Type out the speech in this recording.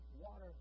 water